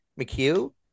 McHugh